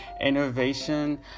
innovation